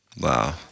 Wow